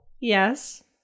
Yes